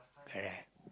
correct